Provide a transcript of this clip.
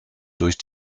durch